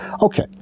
Okay